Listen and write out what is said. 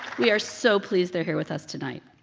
we are so pleased they are here with us tonight.